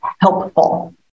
helpful